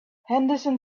henderson